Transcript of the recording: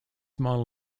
model